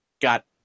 got